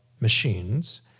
machines